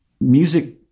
Music